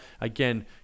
again